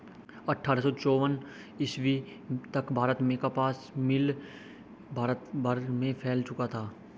अट्ठारह सौ चौवन ईस्वी तक भारत में कपास मिल भारत भर में फैल चुका था